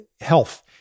health